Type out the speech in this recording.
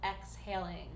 exhaling